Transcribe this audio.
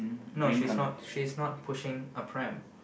no she's not she's not pushing a pram